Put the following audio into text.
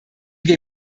wir